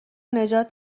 نجات